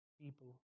people